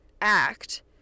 act